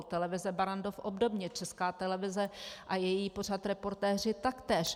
Televize Barrandov obdobně, Česká televize a její pořad Reportéři taktéž.